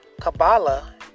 Kabbalah